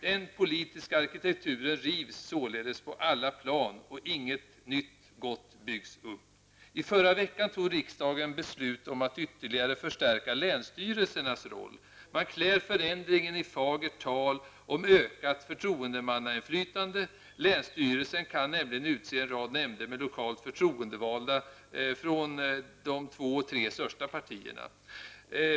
Den politiska arkitekturen rivs på alla plan således på alla plan och inget nytt gott byggs upp. I förra veckan tog riksdagen beslut om att ytterliga förstärka länsstyrelsernas roll. Man klär förändringen i fagert tal om ökat förtroendemannainflytande; länsstyrelsen kan nämligen utse en rad nämnder med lokalt förtroendevalda från de två, tre största partierna.